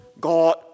God